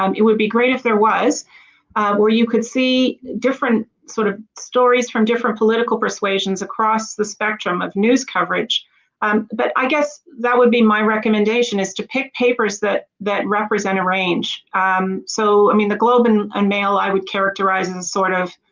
um it would be great if there was where you could see different sort of stories from different political persuasions across the spectrum of news coverage but i guess that would be my recommendation is to pick papers that that represent a range so i mean the globe and ah mail i would characterize the and sort of